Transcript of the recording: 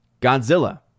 Godzilla